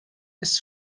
ist